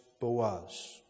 Boaz